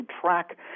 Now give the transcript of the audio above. track